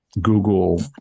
Google